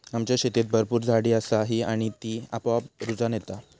आमच्या शेतीत भरपूर झाडी असा ही आणि ती आपोआप रुजान येता